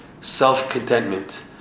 self-contentment